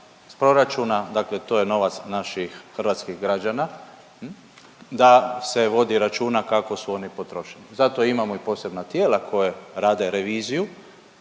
iz proračuna, dakle to je novac naših hrvatskih građana da se vodi računa kako su oni potrošeni. Zato imamo i posebna tijela koja rade reviziju,